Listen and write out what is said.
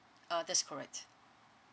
uh that's correct